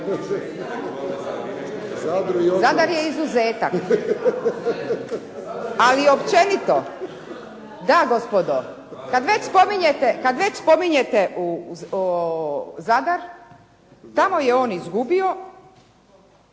Zadar je izuzetak. Ali općenito, da gospodo, kad već spominjete Zadar, tamo je on izgubio,